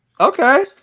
Okay